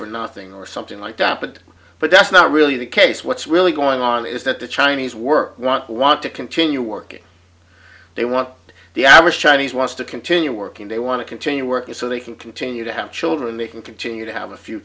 for nothing or something like that but but that's not really the case what's really going on is that the chinese workers want want to continue working they want the average chinese wants to continue working they want to continue working so they can continue to have children they can continue to have a f